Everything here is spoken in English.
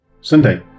Sunday